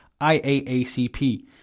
IAACP